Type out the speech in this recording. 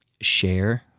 share